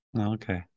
Okay